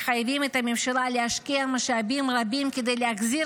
מחייבים את הממשלה להשקיע משאבים רבים כדי להחזיר